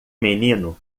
menino